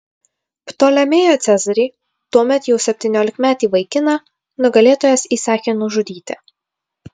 ptolemėją cezarį tuomet jau septyniolikmetį vaikiną nugalėtojas įsakė nužudyti